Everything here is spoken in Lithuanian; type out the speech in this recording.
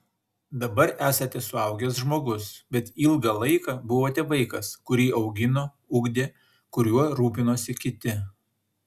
dabar esate suaugęs žmogus bet ilgą laiką buvote vaikas kurį augino ugdė kuriuo rūpinosi kiti